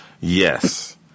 Yes